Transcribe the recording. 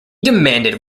demanded